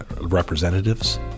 representatives